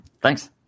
thanks